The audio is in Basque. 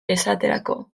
esaterako